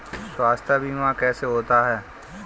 स्वास्थ्य बीमा कैसे होता है?